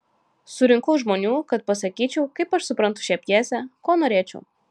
surinkau žmonių kad pasakyčiau kaip aš suprantu šią pjesę ko norėčiau